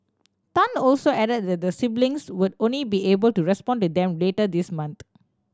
Tan also added that the siblings would only be able to respond to them later this month